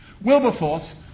Wilberforce